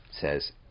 says